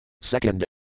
Second